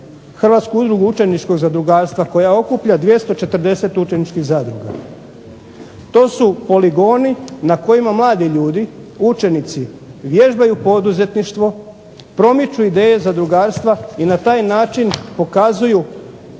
Hrvatsku udrugu učeničkog zadrugarstva koja okuplja 240 učeničkih zadruga. To su poligoni na kojima mladi ljudi, učenici, vježbaju poduzetništvo, promiču ideje zadrugarstva i na taj način pokazuju